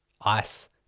ice